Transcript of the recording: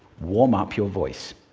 warm up your voice.